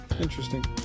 Interesting